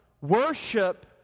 Worship